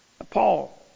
Paul